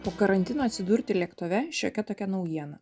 po karantino atsidurti lėktuve šiokia tokia naujiena